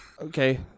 Okay